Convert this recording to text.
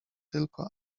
tylko